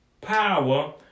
power